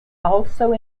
also